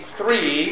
three